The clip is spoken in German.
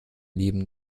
lieben